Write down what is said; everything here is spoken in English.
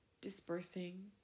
dispersing